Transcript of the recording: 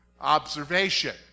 observation